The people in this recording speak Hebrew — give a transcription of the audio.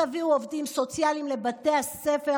תביאו עובדים סוציאליים לבתי הספר.